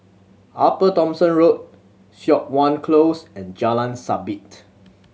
Upper Thomson Road Siok Wan Close and Jalan Sabit